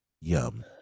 Yum